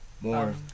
more